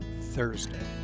Thursday